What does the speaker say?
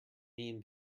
mean